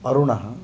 अरुणः